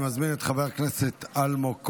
אני מזמין את חבר הכנסת אלמוג כהן.